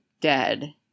dead